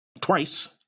Twice